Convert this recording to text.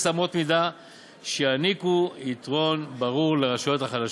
אמות מידה שיעניקו יתרון ברור לרשויות החלשות.